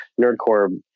Nerdcore